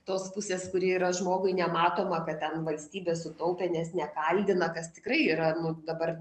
tos pusės kuri yra žmogui nematoma kad ten valstybė sutaupė nes nekaldina kas tikrai yra nu dabar